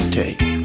take